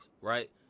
right